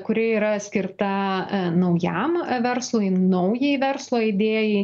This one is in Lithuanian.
kuri yra skirta naujam verslui naujai verslo idėjai